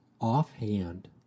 offhand